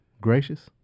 Gracious